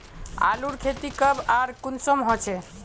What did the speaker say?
आलूर खेती कब आर कुंसम होचे?